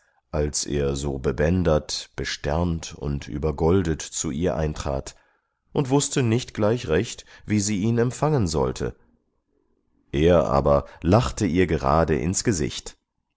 als er so bebändert besternt und übergoldet zu ihr eintrat und wußte nicht gleich recht wie sie ihn empfangen sollte er aber lachte ihr gerade ins gesicht